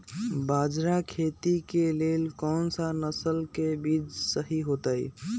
बाजरा खेती के लेल कोन सा नसल के बीज सही होतइ?